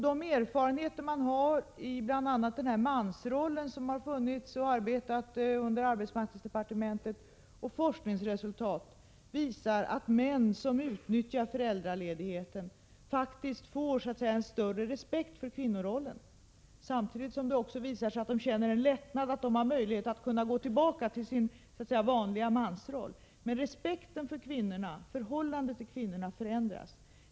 De erfarenheter som har gjorts av bl.a. den grupp som under arbetsmarknadsdepartementet har arbetat med frågan om mansrollen visar liksom forskningsresultat att män som utnyttjar föräldraledigheten får en större respekt för kvinnorollen, samtidigt som de känner en lättnad över att de har möjlighet att gå tillbaka till sin vanliga mansroll. Men deras respekt för och deras förhållande till kvinnorna har förändrats.